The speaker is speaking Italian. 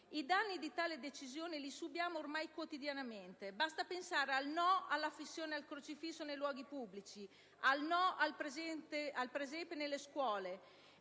i danni di tale decisione li subiamo ormai quotidianamente. Basti pensare al no all'affissione del crocifisso nei luoghi pubblici, al no al presepe nelle scuole